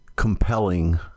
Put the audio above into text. compelling